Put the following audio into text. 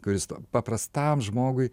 kuris paprastam žmogui